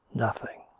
nothing.